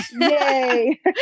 Yay